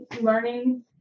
learning